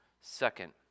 Second